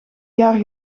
jaar